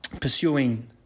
pursuing